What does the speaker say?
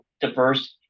diverse